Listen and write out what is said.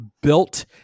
built